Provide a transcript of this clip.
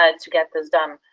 ah to get this done.